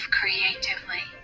creatively